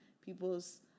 people's